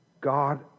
God